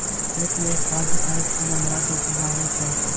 खेत मे काज कय केँ अनाज उपजाबै छै